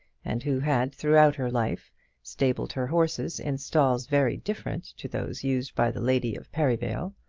and who had throughout her life stabled her horses in stalls very different to those used by the lady of perivale.